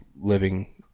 living